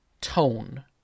tone